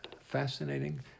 fascinating